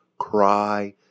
cry